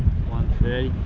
one thirty.